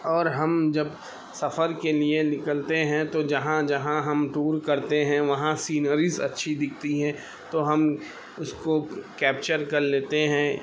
اور ہم جب سفر کے لیے نکلتے ہیں تو جہاں جہاں ہم ٹور کرتے ہیں وہاں سینریز اچھی دکھتی ہیں تو ہم اس کو کیپچر کر لیتے ہیں